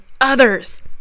others